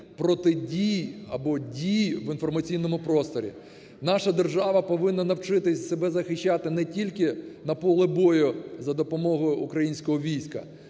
протидій або дій в інформаційному просторі. Наша держава повинна навчитися себе захищати не тільки на полі бою за допомогою українського війська,